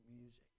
music